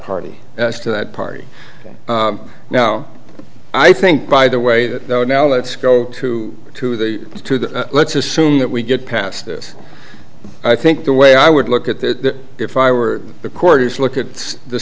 party to that party now i think by the way that now let's go to to the to the let's assume that we get past this i think the way i would look at that if i were the court is look at the